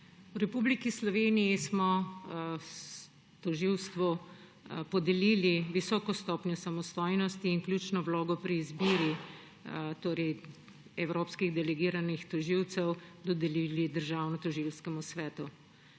V Republiki Sloveniji smo tožilstvu podelili visoko stopnjo samostojnosti in ključno vlogo pri izbiri evropskih delegiranih tožilcev dodelili Državnotožilskemu svetu.